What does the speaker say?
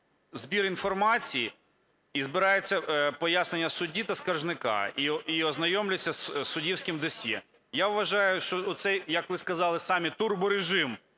збір інформації і збирається пояснення судді та скаржника, і ознайомлюються з суддівським досьє. Я вважаю, що цей, як ви сказали самі, турборежим